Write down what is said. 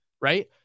right